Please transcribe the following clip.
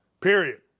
period